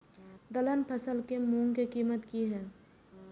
दलहन फसल के मूँग के कीमत की हय?